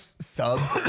subs